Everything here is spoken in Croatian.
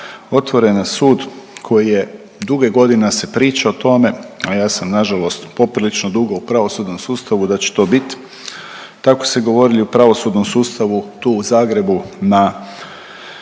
otvoren je sud koji je, dugo godina se priča o tome, a ja sam nažalost poprilično dugo u pravosudnom sustavu, da će to bit, tako se govorili u pravosudnom sustavu tu u Zagrebu na